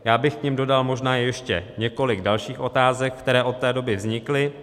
Já bych k nim dodal možná ještě několik dalších otázek, které od té doby vznikly.